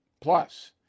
Plus